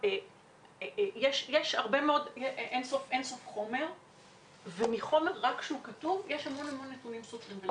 יש אין סוף חומר ורק מחומר כתוב יש המון נתונים סותרים.